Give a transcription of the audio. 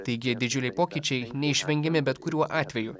taigi didžiuliai pokyčiai neišvengiami bet kuriuo atveju